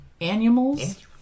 animals